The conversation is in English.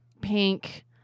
Pink